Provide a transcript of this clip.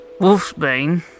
Wolfsbane